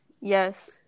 yes